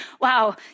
wow